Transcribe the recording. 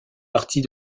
partie